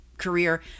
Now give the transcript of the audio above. career